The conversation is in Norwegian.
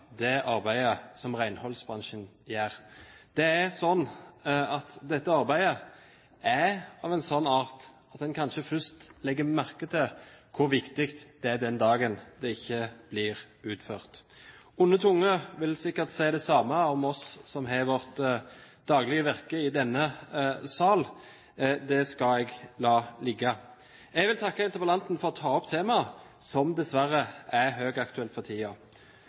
en kanskje først legger merke til hvor viktig det er, den dagen det ikke blir utført. Onde tunger vil sikkert si det samme om oss som har vårt daglige virke i denne sal. Det skal jeg la ligge. Jeg vil takke interpellanten for å ta opp temaet, som dessverre er høyaktuelt for